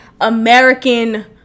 American